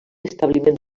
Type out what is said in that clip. establiment